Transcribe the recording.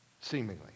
seemingly